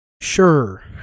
Sure